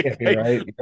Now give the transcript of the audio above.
right